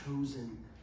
chosen